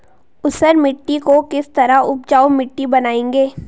ऊसर मिट्टी को किस तरह उपजाऊ मिट्टी बनाएंगे?